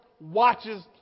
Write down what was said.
watches